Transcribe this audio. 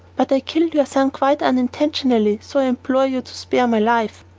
but i killed your son quite unintentionally, so i implore you to spare my life.